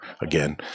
again